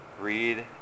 read